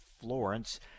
Florence